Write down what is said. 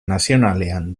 nazionalean